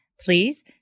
Please